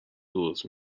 درست